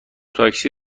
تاکسی